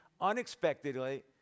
unexpectedly